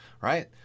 right